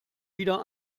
wieder